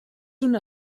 una